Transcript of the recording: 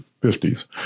50s